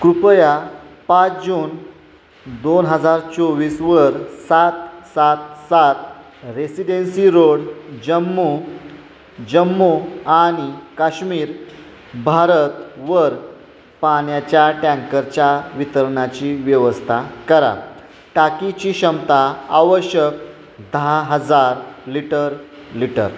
कृपया पाच जून दोन हजार चोवीसवर सात सात सात रेसिडेन्सी रोड जम्मू जम्मू आणि काश्मीर भारतवर पाण्याच्या टँकरच्या वितरणाची व्यवस्था करा टाकीची क्षमता आवश्यक दहा हजार लिटर लिटर